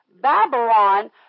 Babylon